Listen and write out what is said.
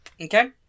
Okay